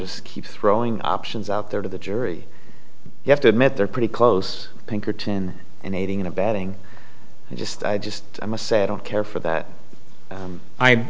just keep throwing options out there to the jury you have to admit they're pretty close pinkerton and aiding and abetting i just i just i must say i don't care for that